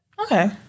Okay